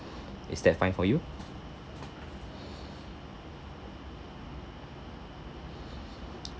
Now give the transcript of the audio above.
is that fine for you